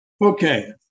Okay